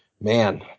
man